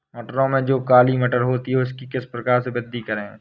मटरों में जो काली मटर होती है उसकी किस प्रकार से वृद्धि करें?